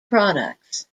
products